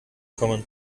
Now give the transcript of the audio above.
kommen